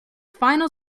final